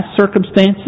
circumstances